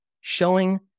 showing